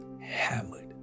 hammered